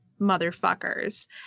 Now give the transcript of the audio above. motherfuckers